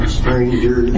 stranger